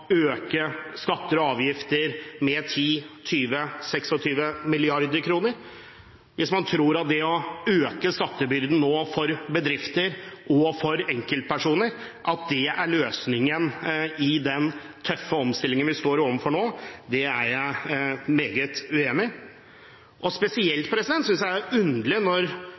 øke skatter og avgifter med 10, 20 eller 26 mrd. kr. At det å øke skattebyrden for bedrifter og for enkeltpersoner er løsningen i den tøffe omstillingen vi står overfor nå, er jeg meget uenig i. Spesielt synes jeg det er underlig at når